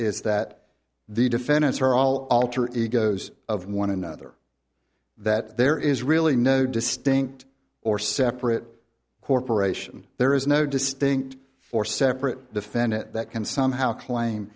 is that the defendants are all alter egos of one another that there is really no distinct or separate corporation there is no distinct four separate defendant that can somehow claim